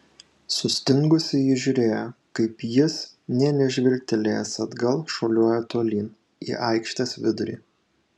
sustingusi ji žiūrėjo kaip jis nė nežvilgtelėjęs atgal šuoliuoja tolyn į aikštės vidurį